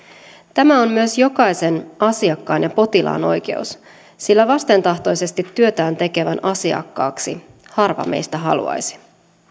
tämä on myös jokaisen asiakkaan ja potilaan oikeus sillä vastentahtoisesti työtään tekevän asiakkaaksi harva meistä haluaisi